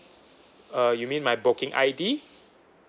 uh you mean my booking I_D